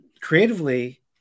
creatively